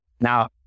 Now